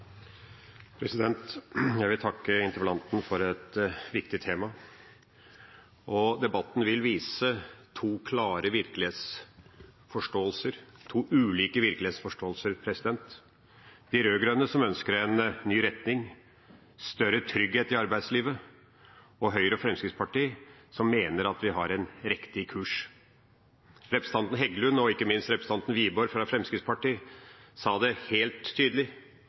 Jeg vil takke interpellanten for å ta opp et viktig tema. Debatten vil vise to ulike virkelighetsforståelser. De rød-grønne ønsker en ny retning, større trygghet i arbeidslivet, og Høyre og Fremskrittspartiet mener at vi har rett kurs. Representanten Heggelund, og ikke minst representanten Wiborg fra Fremskrittspartiet, sa det helt tydelig: